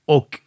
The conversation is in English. Och